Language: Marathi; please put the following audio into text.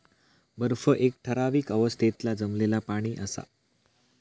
बर्फ एक ठरावीक अवस्थेतला जमलेला पाणि असा